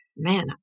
Man